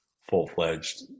full-fledged